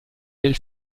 del